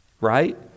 right